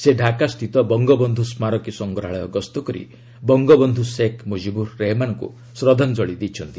ସେ ତାକା ସ୍ଥିତ ବଙ୍ଗବନ୍ଧୁ ସ୍ମାରକୀ ସଂଗ୍ରହାଳୟ ଗସ୍ତ କରି ବଙ୍ଗବନ୍ଧୁ ଶେକ୍ ମୁଜିବୁର୍ ରେହେମାନଙ୍କୁ ଶ୍ରଦ୍ଧାଞ୍ଜଳି ଦେଇଛନ୍ତି